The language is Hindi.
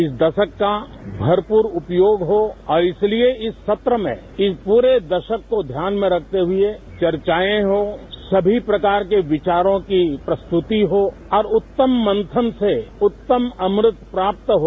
इस दशक का भरपूर उपयोग हो और इसलिए इस सत्र में इस पूरे दशक को ध्यान में रखते हुए चर्चाएं हों सभी प्रकार के विचारों की प्रस्तुति हो और उत्तम मंथन से उत्तम अमृत प्राप्त हो